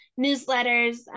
newsletters